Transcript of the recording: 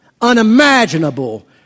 unimaginable